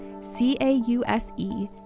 C-A-U-S-E